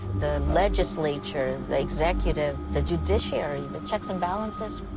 the legislature, the executive, the judiciary, the checks and balances,